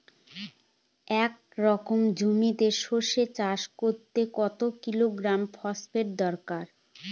এক একর জমিতে সরষে চাষ করতে কত কিলোগ্রাম ফসফেট দরকার?